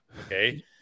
okay